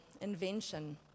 invention